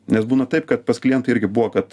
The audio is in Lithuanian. nes būna taip kad pas klientą irgi buvo kad